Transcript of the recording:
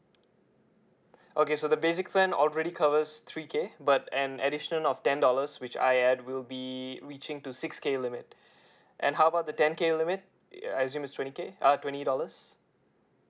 okay so the basic plan already covers three K but an addition of ten dollars which I add will be reaching to six K limit and how about the ten K limit err assume it's twenty K uh twenty dollars